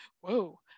Whoa